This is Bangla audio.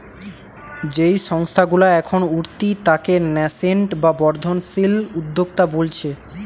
যেই সংস্থা গুলা এখন উঠতি তাকে ন্যাসেন্ট বা বর্ধনশীল উদ্যোক্তা বোলছে